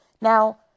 Now